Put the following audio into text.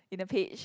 in a page